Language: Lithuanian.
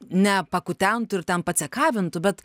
ne pakutentų ir ten pacekavintų bet